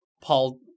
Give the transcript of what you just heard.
Paul